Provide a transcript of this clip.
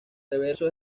reverso